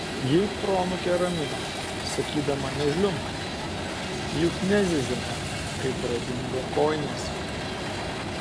ji proanūkę ramino sakydama nežliumbk juk nezyzėme kai pradingo kojinės